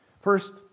First